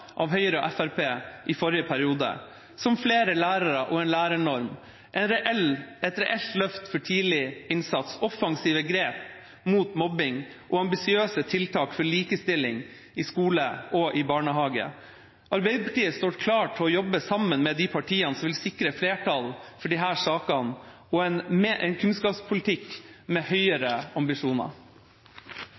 av Høyre og Fremskrittspartiet i forrige periode, som flere lærere og en lærernorm, et reelt løft for tidlig innsats, offensive grep mot mobbing og ambisiøse tiltak for likestilling i skole og i barnehage. Arbeiderpartiet står klar til å jobbe sammen med de partiene som vil sikre flertall for disse sakene, med en kunnskapspolitikk med høyere ambisjoner.